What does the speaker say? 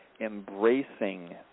embracing